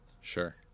Sure